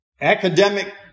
academic